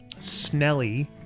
Snelly